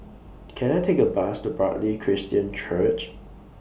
Can I Take A Bus to Bartley Christian Church